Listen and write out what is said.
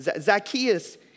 Zacchaeus